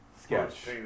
sketch